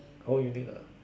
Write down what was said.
whole unit ah